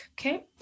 Okay